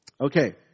Okay